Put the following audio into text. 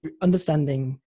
understanding